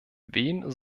wen